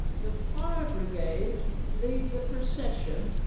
the fire brigade lead the procession.